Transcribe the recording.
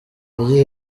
yagize